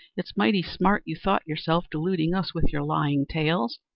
it's mighty smart you thought yourself, deluding us with your lying tales.